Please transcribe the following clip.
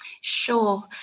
Sure